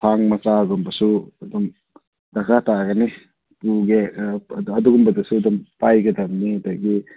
ꯊꯥꯡ ꯃꯆꯥꯒꯨꯝꯕꯁꯨ ꯑꯗꯨꯝ ꯗꯔꯀꯥꯔ ꯇꯥꯒꯅꯤ ꯄꯨꯒꯦ ꯑꯗꯨꯒꯨꯝꯕꯗꯨꯁꯨ ꯑꯗꯨꯝ ꯄꯥꯏꯒꯗꯝꯅꯤ ꯑꯗꯒꯤ